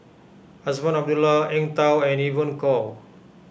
Azman Abdullah Eng Tow and Evon Kow